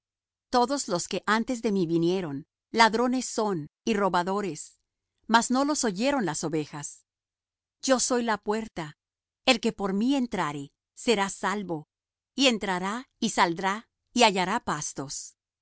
todos los que antes de mí vinieron ladrones son y robadores mas no los oyeron las ovejas yo soy la puerta el que por mí entrare será salvo y entrará y saldrá y hallará pastos